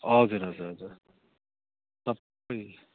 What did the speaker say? हजुर हजुर हजुर सबै